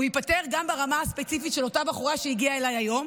הוא ייפתר גם ברמה הספציפית של אותה בחורה שהגיעה אליי היום,